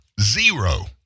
Zero